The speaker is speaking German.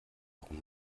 warum